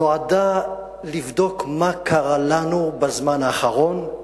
היא נועדה לבדוק מה קרה לנו בזמן האחרון.